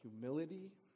humility